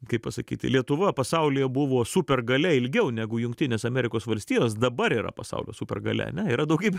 kaip pasakyti lietuva pasaulyje buvo supergalia ilgiau negu jungtinės amerikos valstijos dabar yra pasaulio supergalia ane yra daugybė